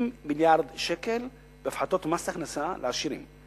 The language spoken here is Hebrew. מיליארד שקל בהפחתות מס הכנסה לעשירים.